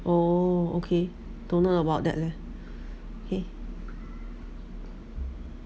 oh okay don't know about that leh eh